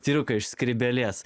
cirką iš skrybėlės